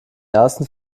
ersten